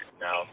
Now